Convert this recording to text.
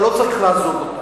אתה לא צריך לעזוב אותה.